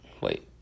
wait